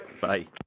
Bye